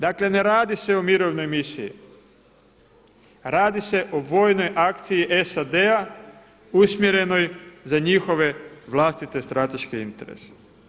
Dakle ne radi se o mirovnoj misiji, radi se o vojnoj akciji SAD-a usmjerenoj za njihove vlastite strateške interese.